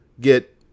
get